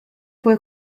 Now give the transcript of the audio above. fue